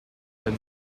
them